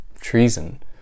treason